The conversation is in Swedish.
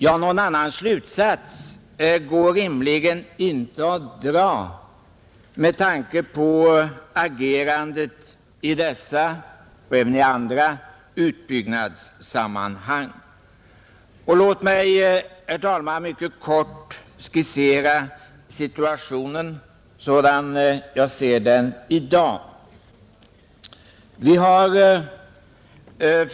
Ja, någon annan slutsats går det rimligen inte att dra med tanke på agerandet i detta och även i andra utbyggnadssammanhang, Låt mig, herr talman, mycket kort skissera situationen i dag, sådan jag ser den.